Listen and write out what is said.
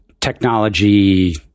technology